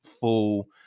full